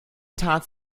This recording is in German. tat